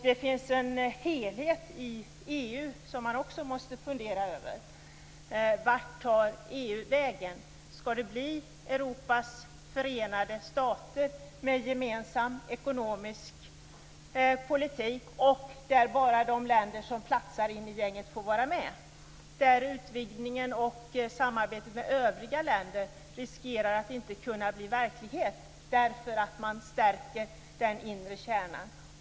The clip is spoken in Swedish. Det finns en helhet i EU som man också måste fundera över. Vart tar EU vägen? Skall det bli Europas förenade stater med en gemensam ekonomisk politik där bara de länder som platsar i gänget får vara med? Då riskerar vi att utvidgningen och samarbetet med övriga länder inte blir verklighet därför att man stärker den inre kärnan.